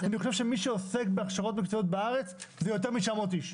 אני חושב שמי שעוסק בהכשרות מקצועיות בארץ זה יותר מ-900 אנשים.